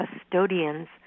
custodians